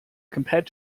compared